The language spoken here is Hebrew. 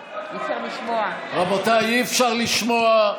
רבותיי, אי-אפשר לשמוע.